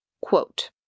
quote